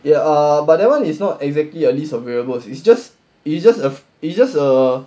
ya uh but that [one] is not exactly a list of variables it's just it's just a it's just a